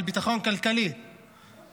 גם על ביטחון כלכלי לתושבים.